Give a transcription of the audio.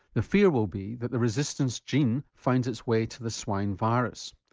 the fear will be that the resistance gene finds its way to the swine virus.